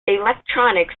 electronics